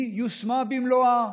היא יושמה במלואה.